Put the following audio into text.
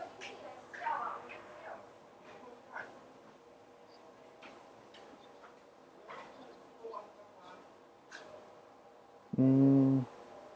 mm